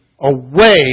away